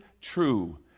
true